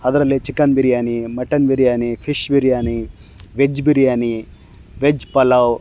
ಅದರಲ್ಲಿ chicken biryani mutton biryani fish biryani veg biryani veg pulao